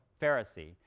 Pharisee